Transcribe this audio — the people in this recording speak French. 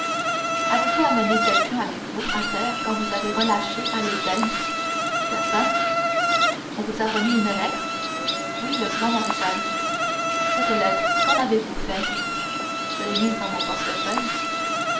avez-vous amené quelqu'un avec vous à terre quand vous avez relâché à l'île d'elbe personne on vous a remis une lettre oui le grand maréchal cette lettre qu'en avez-vous fait je l'ai mise dans mon portefeuille